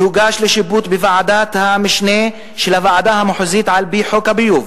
והוגש לשיפוט בוועדת המשנה של הוועדה המחוזית על-פי חוק הביוב,